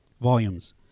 Volumes